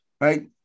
right